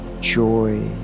joy